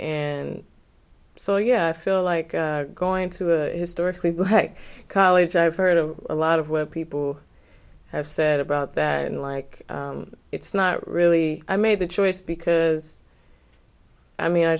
and so yeah i feel like going to a historically black college i've heard of a lot of where people have said about that and like it's not really i made the choice because i mean i